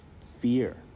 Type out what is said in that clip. fear